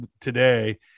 today